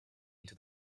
into